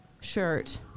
shirt